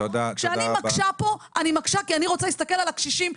אני מקשה כי אני רוצה להסתכל על הקשישים.